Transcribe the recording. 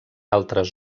altres